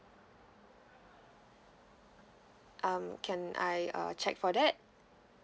um can I uh check for that